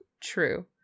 True